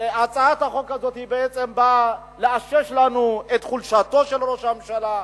הצעת החוק הזאת בעצם באה לאשש לנו את חולשתו של ראש הממשלה,